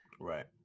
Right